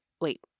Wait